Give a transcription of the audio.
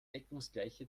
deckungsgleiche